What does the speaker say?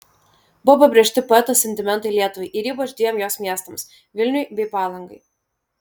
buvo pabrėžti poeto sentimentai lietuvai ir ypač dviem jos miestams vilniui bei palangai